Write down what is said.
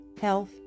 health